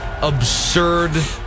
absurd